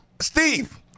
Steve